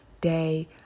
day